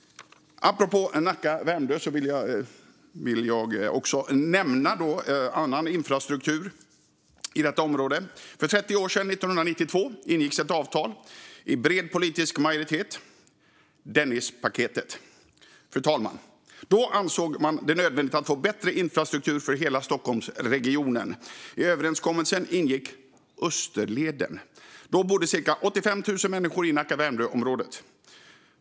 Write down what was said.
Apropå Nacka och Värmdö vill jag också nämna annan infrastruktur i detta område. För 30 år sedan, 1992, ingicks ett avtal med bred politisk majoritet, Dennispaketet. Då ansåg man det nödvändigt, fru talman, att få bättre infrastruktur för hela Stockholmsregionen. I överenskommelsen ingick Österleden. Då bodde cirka 85 000 människor i Nacka-Värmdö-området.